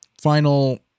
Final